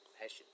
passion